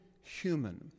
human